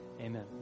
Amen